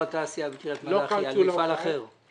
התעשייה בקריית מלאי במפעל אחר שגם כן עלול להיפגע.